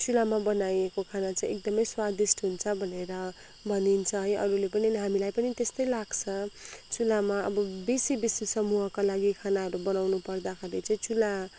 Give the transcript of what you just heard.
चुलामा बनाइएको खाना चाहिँ एकदमै स्वादिष्ट हुन्छ भनेर भनिन्छ है अरूले पनि हामीलाई पनि त्यस्तै लाग्छ चुलामा अब बेसी बेसी समूहका लागि खानाहरू बनाउनु पर्दाखेरि चाहिँ चुला